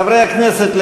חברי הכנסת,